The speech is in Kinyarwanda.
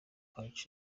culture